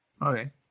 Okay